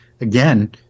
again